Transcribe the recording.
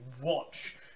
watch